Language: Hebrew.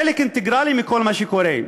חלק אינטגרלי מכל מה שקורה.